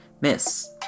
Miss